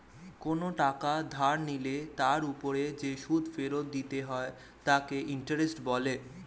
কোনো টাকা ধার নিলে তার উপর যে সুদ ফেরত দিতে হয় তাকে ইন্টারেস্ট বলে